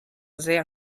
sehr